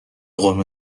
قرمه